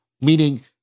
meaning